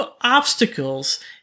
obstacles